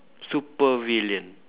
supervillain